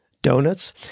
donuts